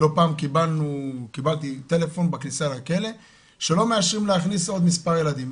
לא פעם קיבלתי טלפון בכניסה לכלא שלא מאשרים להכניס עוד מספר ילדים.